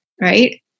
right